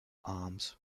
arms